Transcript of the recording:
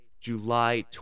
July